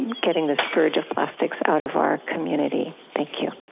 getting this scourge of plastics out of our community. thank you.